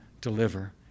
deliver